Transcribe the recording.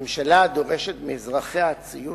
ממשלה הדורשת מאזרחיה ציות